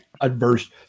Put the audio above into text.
adverse